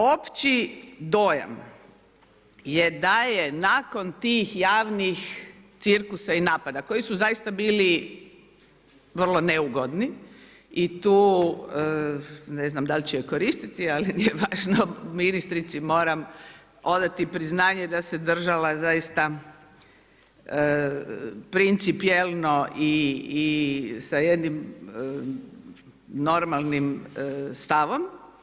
Opći dojam je da je nakon tih javnih cirkusa i napada koji su zaista bili vrlo neugodni i tu ne znam da li će ju koristiti, ali nije važno, ministrici moram odati priznanje da se držala zaista principijelno i sa jednim normalnim stavom.